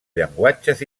llenguatges